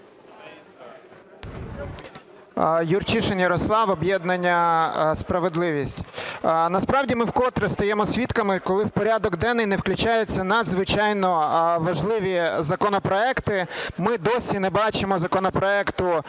Юрчишин Ярослав, об'єднання "Справедливість". Насправді ми вкотре стаємо свідками, коли в порядок денний не включаються надзвичайно важливі законопроекти. Ми досі не бачимо законопроекту